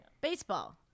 Baseball